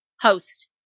host